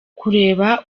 kureba